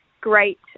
great